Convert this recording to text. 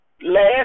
last